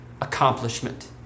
accomplishment